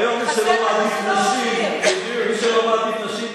היום מי שלא מעדיף נשים, חסר גם שתכתוב שיר.